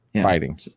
fighting